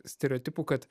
stereotipų kad